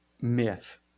myth